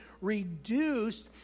reduced